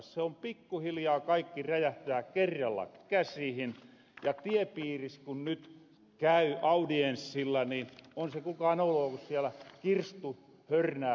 se kaikki pikkuhiljaa räjähtää kerralla käsihin ja tiepiiris ku nyt käy audienssilla niin on se kuulkaa noloo ku siellä kirstu hörnää tyhyjää